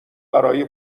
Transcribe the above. برای